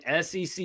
SEC